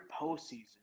postseason